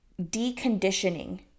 deconditioning